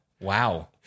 Wow